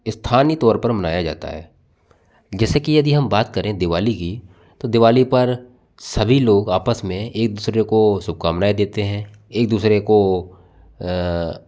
स्थानीय तौर पर मनाया जाता है जैसे की हम बात करे दिवाली की तो दिवाली पर सभी लोग आपस में एक दूसरे को शुभकामनाएं देते हैं एक दूसरे को